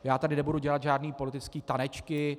Já tady nebudu dělat žádné politické tanečky.